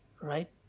Right